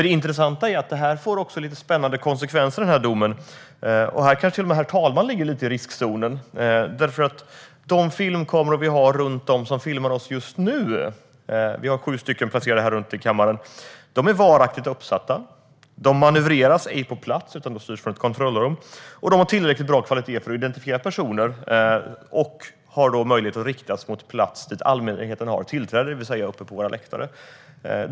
Det intressanta är att domen får spännande konsekvenser, och här kanske till och med herr talmannen ligger lite i riskzonen. Vi har filmkameror omkring oss som filmar oss just nu. Det finns sju stycken placerade runt om här i kammaren. De är varaktigt uppsatta. De manövreras ej på plats, utan de styrs från ett kontrollrum. De har tillräckligt bra kvalitet för att man ska kunna identifiera personer, och de har möjlighet att riktas mot plats dit allmänheten har tillträde, det vill säga uppe på våra läktare.